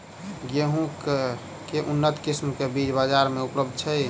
गेंहूँ केँ के उन्नत किसिम केँ बीज बजार मे उपलब्ध छैय?